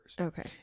okay